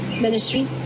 ministry